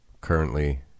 Currently